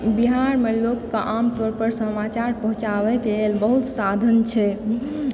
बिहारमे लोकके आमतौर पर समाचार पहुँचाबैके लेल बहुत साधन छै